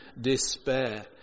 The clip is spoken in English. despair